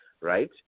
right